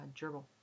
gerbil